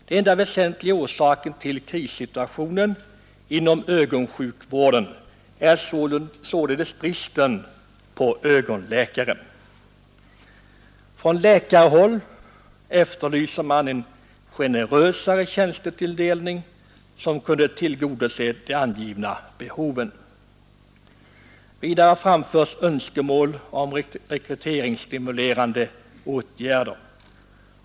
Den enda väsentliga orsaken till krissituationen inom ögonsjukvården är således bristen på ögonläkare. Från läkarhåll efterlyser man en mera generös tjänstetilldelning, som kunde tillgodose de angivna behoven. Vidare framföres önskemål om rekryteringsstimulerande åtgärder.